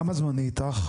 כמה זמן היא איתך?